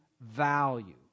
value